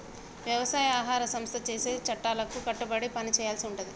వ్యవసాయ ఆహార సంస్థ చేసే చట్టాలకు కట్టుబడి పని చేయాల్సి ఉంటది